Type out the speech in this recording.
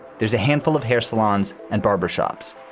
there's a handful of hair salons and barber shops.